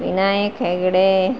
Vinayak Hegde